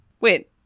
wait